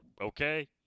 okay